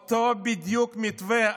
בדיוק אותו מתווה,